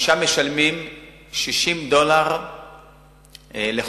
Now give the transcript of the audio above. שם משלמים 60 דולר לחודש